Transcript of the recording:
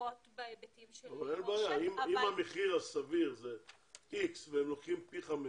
ופחות בהיבטים של --- אם המחיר הסביר הוא איקס והם לוקחים פי חמש